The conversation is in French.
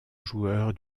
joueur